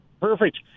Perfect